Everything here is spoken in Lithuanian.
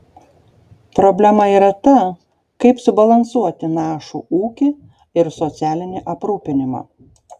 problema yra ta kaip subalansuoti našų ūkį ir socialinį aprūpinimą